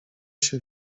się